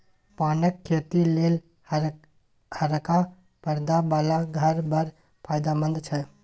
पानक खेती लेल हरका परदा बला घर बड़ फायदामंद छै